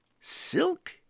silk